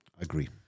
agree